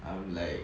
I'm like